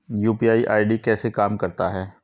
UPI ID कैसे काम करता है?